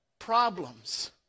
problems